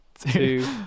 two